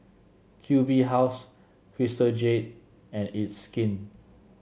Q B House Crystal Jade and It's Skin